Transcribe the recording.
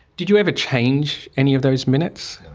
did you ever change any of those minutes